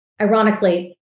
Ironically